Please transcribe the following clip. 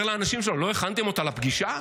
אומר לאנשים שלו: לא הכנתם אותה לפגישה?